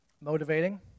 Motivating